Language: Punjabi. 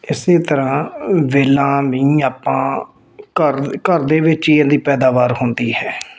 ਇਸ ਤਰ੍ਹਾਂ ਵੇਲਾ ਵੀ ਆਪਾਂ ਘਰ ਘਰ ਦੇ ਵਿੱਚ ਹੀ ਇਹਦੀ ਪੈਦਾਵਾਰ ਹੁੰਦੀ ਹੈ